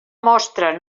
mostra